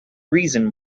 reason